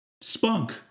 Spunk